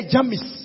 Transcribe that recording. James